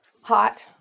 hot